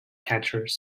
catchers